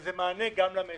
וזה מענה גם למשק,